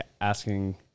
asking